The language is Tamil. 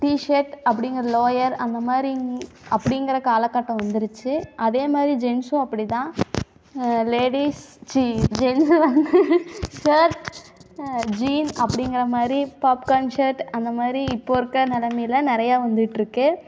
டிஷர்ட் அப்படிங்கற லோயர் அந்த மாதிரி அப்படிங்குற காலக்கட்டம் வந்துருச்சு அதே மாதிரி ஜென்சும் அப்படி தான் லேடீஸ் ச்சீ ஜென்சு வந்து ஷர்ட் ஜீன் அப்படிங்குற மாதிரி பாப்கான் ஷர்ட் அந்த மாதிரி இப்போது இருக்கற நிலமையில நிறைய வந்துட்டுருக்கு